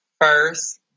First